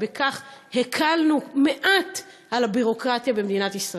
ובכך הקלנו מעט את הביורוקרטיה במדינת ישראל.